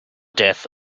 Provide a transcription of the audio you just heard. death